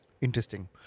Interesting